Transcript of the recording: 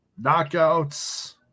Knockouts